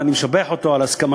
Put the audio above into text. ואני משבח אותו על הסכמתו,